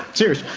serious.